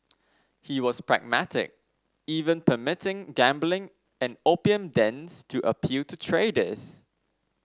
he was pragmatic even permitting gambling and opium dens to appeal to traders